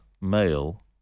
male